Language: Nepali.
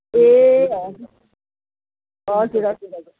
ए हजुर हजुर हजुर हजुर